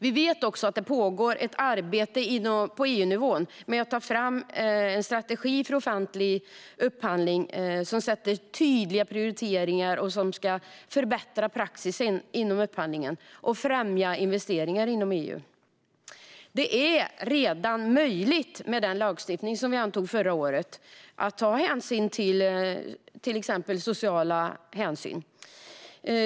Vi vet också att det pågår ett arbete på EU-nivå med att ta fram en strategi för offentlig upphandling som sätter tydliga prioriteringar, förbättrar praxis inom upphandling och främjar investeringar inom EU. Det är redan möjligt med den lagstiftning som vi antog förra året att ta till exempel sociala hänsyn.